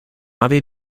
ave